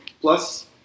plus